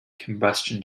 combustion